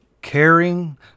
Caring